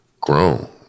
grown